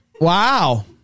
Wow